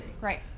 right